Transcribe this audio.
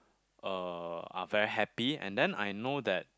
uh are very happy and then I know that